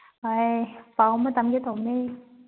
ꯑꯦ ꯄꯥꯎ ꯑꯃ ꯇꯝꯒꯦ ꯇꯧꯅꯦ